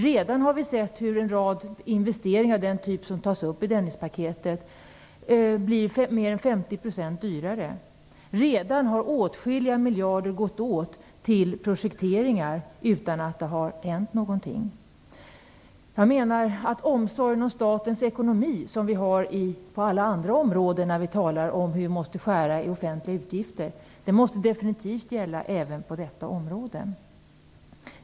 Redan har vi sett att en rad investeringar av den typ som tas upp i Dennispaketet blir mer än 50 % dyrare. Redan har åtskilliga miljarder gått åt till projekteringar utan att det har hänt någonting. Jag menar att den omsorg om statens ekonomi som vi har på alla andra områden när vi talar om att vi måste skära i de offentliga utgifterna, definitivt måste gälla även på detta område.